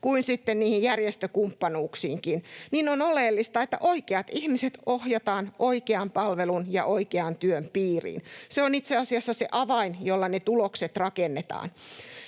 niihin järjestökumppanuuksiinkin, niin on oleellista, että oikeat ihmiset ohjataan oikean palvelun ja oikean työn piiriin. Se on itse asiassa avain siihen, millä ne tulokset rakennetaan.